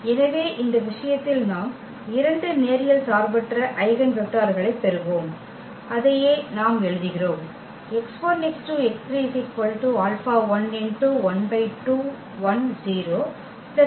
எனவே இந்த விஷயத்தில் நாம் இரண்டு நேரியல் சார்பற்ற ஐகென் வெக்டர்களைப் பெறுவோம் அதையே நாம் எழுதுகிறோம்